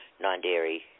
non-dairy